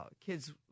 kids